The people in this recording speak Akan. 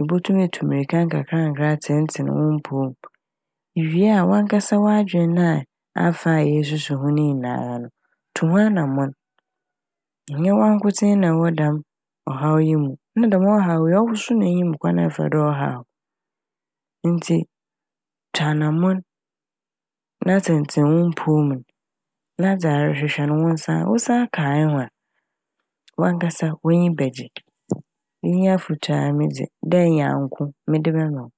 ibotum etu mirka nkakrankra atsentsen wo mpɔw mu. Iwie a wankasa w'adwen na a afa esusu ho nyinara no tu ho anamɔn nnyɛ wankotsee na ewɔ dɛm ɔhaw yi mu. Na dɛm ɔhaw yi ɔwo so na inyim kwan a ɔfa do a ɔhaw wo ntsi tu anamɔn na tsentsen wo mpɔw mu n' na da erehwɛ no wo nsa n - wo nsa ka ehu a wankasa w'enyi bɛgye. Iyi nye afotu a emi dze dɛ nyanko medze bɛma wo.